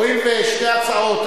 הואיל ושתי ההצעות,